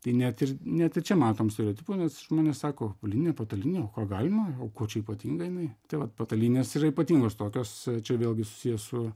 tai net ir ne tik čia matom stereotipų nes žmonės sako o lininė patalynė o ką galima o kuo čia ypatinga jinai tai vat patalynės yra ypatingos tokios čia vėlgi susiję su